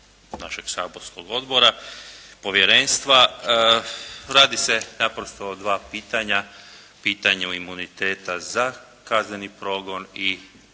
našeg saborskog odbora, Povjerenstva. Radi se naprosto o dva pitanja, pitanja imuniteta za kazneni progon i